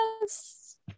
Yes